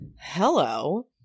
Hello